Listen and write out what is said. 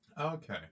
Okay